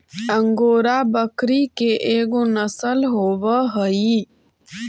angora बकरी के एगो नसल होवऽ हई